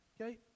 okay